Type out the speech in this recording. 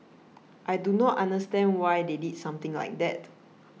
I do not understand why they did something like that